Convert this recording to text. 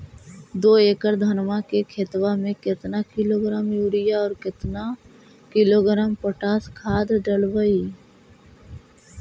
दो एकड़ धनमा के खेतबा में केतना किलोग्राम युरिया और केतना किलोग्राम पोटास खाद डलबई?